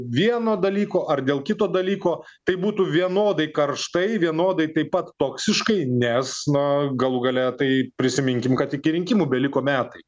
vieno dalyko ar dėl kito dalyko tai būtų vienodai karštai vienodai taip pat toksiškai nes na galų gale tai prisiminkim kad iki rinkimų beliko metai